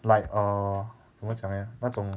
like err 怎么讲 leh 那种